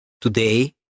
Today